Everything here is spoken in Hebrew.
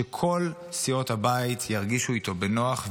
שכל סיעות הבית ירגישו איתו בנוח,